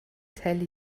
tell